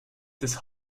des